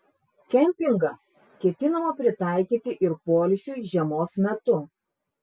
kempingą ketinama pritaikyti ir poilsiui žiemos metu